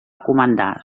comandar